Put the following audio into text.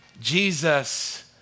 Jesus